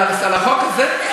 על החוק הזה?